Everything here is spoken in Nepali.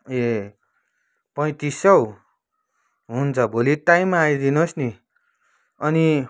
ए पैँतिस सौ हुन्छ भोलि टाइममा आइदिनुहोस् नि अनि